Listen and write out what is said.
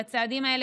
לצעדים האלה,